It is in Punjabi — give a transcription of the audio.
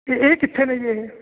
ਅਤੇ ਇਹ ਕਿੱਥੇ ਨੇ ਜੀ ਇਹ